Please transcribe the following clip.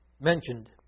mentioned